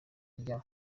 rya